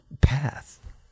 path